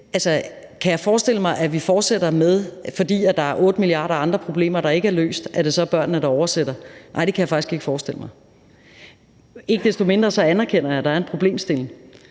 kan forestille mig, at vi, fordi der er otte milliarder andre problemer, der ikke er løst, fortsætter med, at det er børnene, der oversætter: Nej, det kan jeg faktisk ikke forestille mig. Men ikke desto mindre anerkender jeg, at der er en problemstilling.